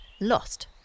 lost